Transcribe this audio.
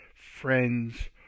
friends